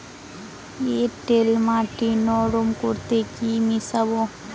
এঁটেল মাটি নরম করতে কি মিশাব?